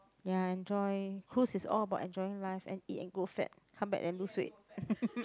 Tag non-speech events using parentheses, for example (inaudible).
ya enjoy cruise is all about enjoying life and eat and grow fat come back then lose weight (laughs)